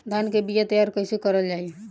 धान के बीया तैयार कैसे करल जाई?